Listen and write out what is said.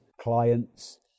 clients